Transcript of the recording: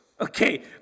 Okay